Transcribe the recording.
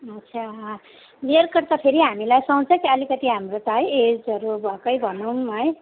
अच्छा layer cut त फेरि हामीलाई सुहाउँछ के अलिकति हाम्रो त है एजहरू भएकै भनौँ है